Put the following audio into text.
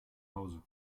hause